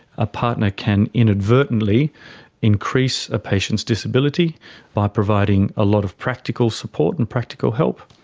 a partner can inadvertently increase a patient's disability by providing a lot of practical support and practical help.